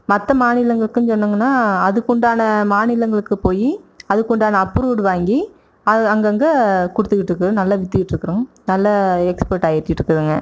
மற்ற மாநிலங்களுக்கும் சொன்னிங்கனா அதுக்குண்டான மாநிலங்களுக்கு போய் அதுக்குண்டான அப்ரூவ்ட் வாங்கி அதை அங்கங்கே கொடுத்துட்டு நல்ல விற்றுட்டுருக்குறோம் நல்ல எக்ஸ்பெக்ட்டாயிட்டுகுறோங்க